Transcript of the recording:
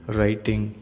Writing